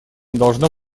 должно